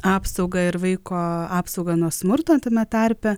apsaugą ir vaiko apsaugą nuo smurto tame tarpe